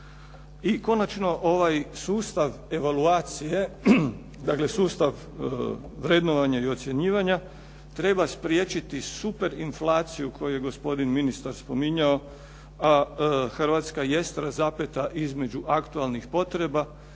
I konačno ovaj sustav evaluacije, dakle sustav vrednovanja i ocjenjivanja treba spriječiti super inflaciju koju je gospodin ministar spominjao, a Hrvatska jest razapeta između aktualnih potreba